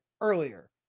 earlier